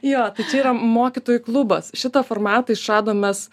jo tai čia yra mokytojų klubas šitą formatą išradom mes